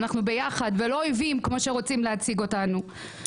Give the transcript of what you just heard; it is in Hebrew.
מזה שאנחנו ביחד ואנחנו לא אויבים כמו שרוצים להציג אותנו.